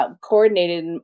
coordinated